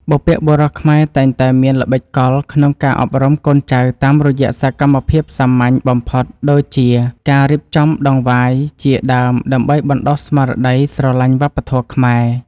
បុព្វបុរសខ្មែរតែងតែមានល្បិចកលក្នុងការអប់រំកូនចៅតាមរយៈសកម្មភាពសាមញ្ញបំផុតដូចជាការរៀបចំដង្វាយជាដើមដើម្បីបណ្ដុះស្មារតីស្រឡាញ់វប្បធម៌ខ្មែរ។